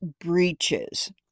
breaches